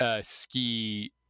ski